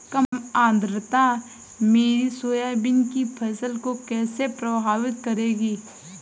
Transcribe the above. कम आर्द्रता मेरी सोयाबीन की फसल को कैसे प्रभावित करेगी?